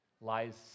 lies